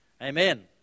Amen